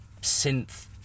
synth